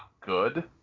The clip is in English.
good